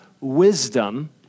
wisdom